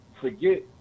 forget